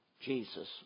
Jesus